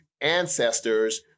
ancestors